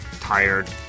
tired